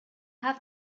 have